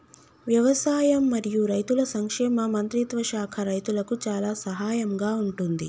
వ్యవసాయం మరియు రైతుల సంక్షేమ మంత్రిత్వ శాఖ రైతులకు చాలా సహాయం గా ఉంటుంది